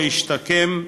להשתקם,